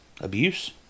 Abuse